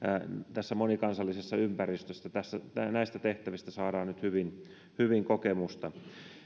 tässä monikansallisessa ympäristössä näistä tehtävistä saadaan nyt hyvin hyvin kokemusta